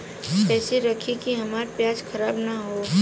कइसे रखी कि हमार प्याज खराब न हो?